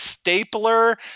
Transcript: stapler